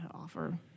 offer